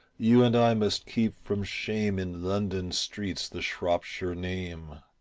you and i must keep from shame in london streets the shropshire name